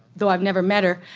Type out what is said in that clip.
though i've never met her,